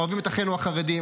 אוהבים את אחינו החרדים,